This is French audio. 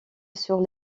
sur